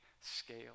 scale